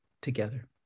together